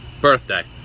Birthday